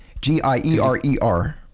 g-i-e-r-e-r